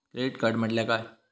Credit card म्हटल्या काय?